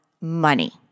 money